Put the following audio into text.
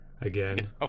again